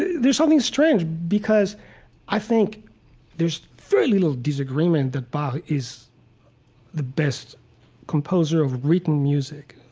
there's something strange because i think there's very little disagreement that bach is the best composer of written music.